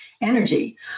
energy